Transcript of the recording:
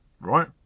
Right